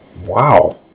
Wow